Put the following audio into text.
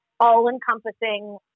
all-encompassing